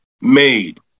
made